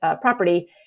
property